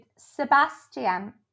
Sebastian